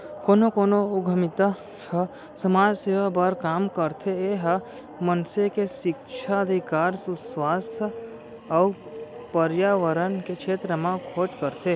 कोनो कोनो उद्यमिता ह समाज सेवा बर काम करथे ए ह मनसे के सिक्छा, अधिकार, सुवास्थ अउ परयाबरन के छेत्र म खोज करथे